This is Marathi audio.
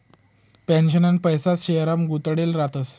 पेन्शनना पैसा शेयरमा गुताडेल रातस